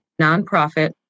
nonprofit